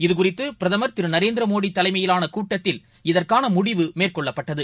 இங்குறித்து பிரதமர் திருநரேந்திரமோடிதலைமையிலானகூட்டத்தில் இதற்கானமுடிவு மேற்கொள்ளப்பட்டது